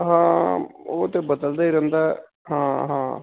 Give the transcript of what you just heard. ਹਾਂ ਉਹ ਤਾਂ ਬਦਲਦਾ ਹੀ ਰਹਿੰਦਾ ਹਾਂ ਹਾਂ